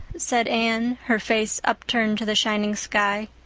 said anne, her face upturned to the shining sky.